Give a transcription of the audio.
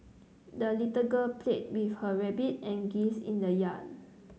the little girl played with her rabbit and geese in the yard